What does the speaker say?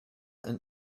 and